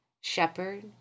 Shepherd